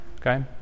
Okay